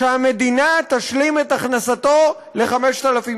שהמדינה תשלים את הכנסתו ל-5,000 שקל,